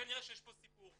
כנראה שיש פה סיפור.